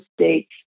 states